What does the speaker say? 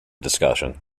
discussion